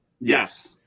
Yes